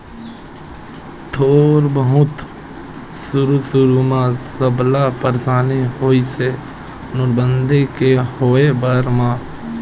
थोक बहुत सुरु सुरु म सबला परसानी होइस हे नोटबंदी के होय बेरा म